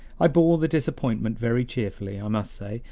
i bore the disappointment very cheerfully, i must say,